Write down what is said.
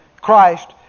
Christ